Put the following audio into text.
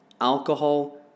alcohol